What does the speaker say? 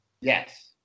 Yes